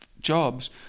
jobs